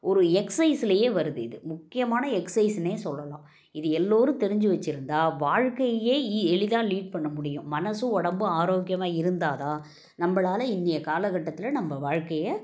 ஒரு எக்ஸ்சைஸ்லயே வருது இது முக்கியமான எக்ஸ்சைஸ்னே சொல்லலாம் இது எல்லோரும் தெரிஞ்சு வைச்சுருந்தா வாழ்க்கையே எ எளிதாக லீட் பண்ண முடியும் மனதும் உடம்பும் ஆரோக்கியமாக இருந்தால்தான் நம்பளால் இன்றைய காலக்கட்டத்தில் நம்ப வாழ்க்கையை